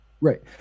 Right